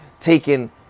taking